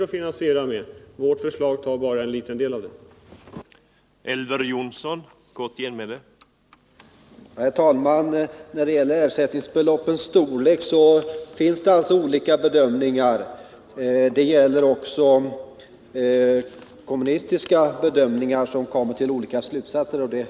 Vårt förslag tar i anspråk bara en liten del av det beloppet.